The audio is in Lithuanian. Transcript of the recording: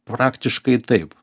praktiškai taip